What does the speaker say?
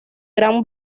gran